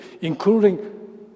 including